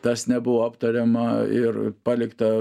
tas nebuvo aptariama ir palikta